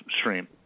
stream